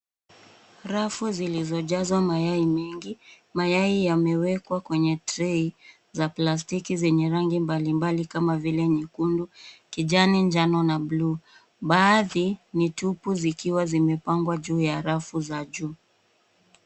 Rafu zilizojazwa mayai mengi , mayai yamewekwa kwenye trei za plastiki zenye rangi mbalimbali kama vile nyekundu, kijani , njano na bluu baadhi ni tupu zikiwa zimepangwa juu ya rafu za juu.